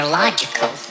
logical